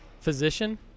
physician